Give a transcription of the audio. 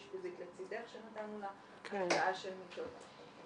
אשפוזית לצידך שנתנו לה הקצאה של מיטות,